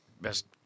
best